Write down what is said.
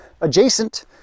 adjacent